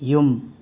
ꯌꯨꯝ